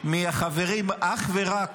מהחברים אך ורק